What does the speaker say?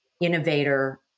innovator